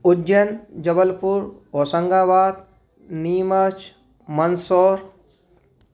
Ujjain Jabalpur Hoshangabad Neemuch Mandsaur